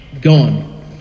gone